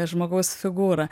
žmogaus figūrą